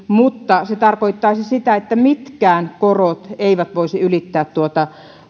mutta se tarkoittaisi sitä että mitkään korot eivät voisi ylittää tuota